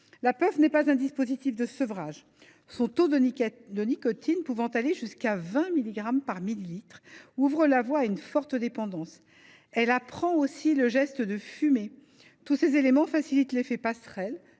La puff n’est pas un dispositif de sevrage. Son taux de nicotine pouvant aller jusqu’à 20 milligrammes par millilitre ouvre la voie à une forte dépendance. Elle apprend aussi le geste de fumer. Tous ces éléments facilitent l’effet passerelle